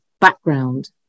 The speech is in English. background